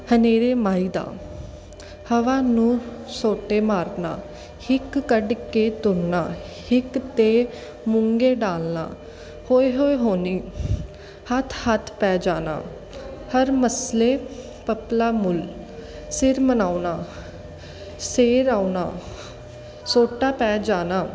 ਹਨੇਰੇ ਮਾਈ ਦਾ ਹਵਾ ਨੂੰ ਸੋਟੇ ਮਾਰਨਾ ਹਿੱਕ ਕੱਢ ਕੇ ਤੁਰਨਾ ਹਿੱਕ ਤੇ ਮੂੰਗੇ ਡਾਲਨਾ ਹੋਏ ਹੋਏ ਹੋਣੀ ਹੱਥ ਹੱਥ ਪੈ ਜਾਣਾ ਹਰ ਮਸਲੇ ਪੱਪਲਾ ਮੁੱਲ ਸਿਰ ਮਨਾਉਣਾ ਸਿਰ ਆਉਣਾ ਸੋਟਾ ਪੈ ਜਾਣਾ